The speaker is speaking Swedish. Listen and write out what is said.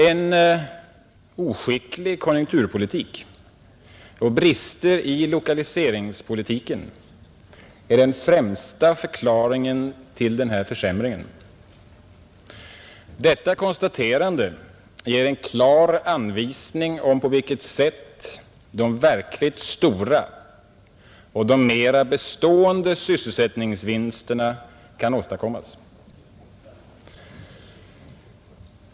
En oskicklig konjunkturpolitik och brister i lokaliseringspolitiken är den främsta förklaringen till denna försämring. Detta konstaterande ger en klar anvisning om på vilket sätt de verkligt stora och mera bestående sysselsättningsvinsterna kan åstadkommas.